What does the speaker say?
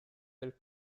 del